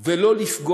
יותר ולא לפגוע.